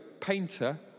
painter